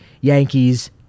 Yankees